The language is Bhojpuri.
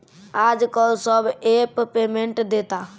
आजकल सब ऐप पेमेन्ट देता